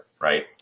right